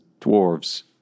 dwarves